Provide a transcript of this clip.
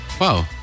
Wow